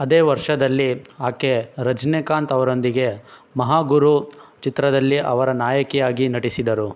ಅದೇ ವರ್ಷದಲ್ಲಿ ಆಕೆ ರಜನೀಕಾಂತ್ ಅವರೊಂದಿಗೆ ಮಹಾಗುರು ಚಿತ್ರದಲ್ಲಿ ಅವರ ನಾಯಕಿಯಾಗಿ ನಟಿಸಿದರು